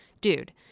dude